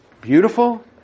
beautiful